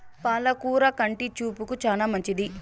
పాల కూర కంటి చూపుకు చానా మంచిది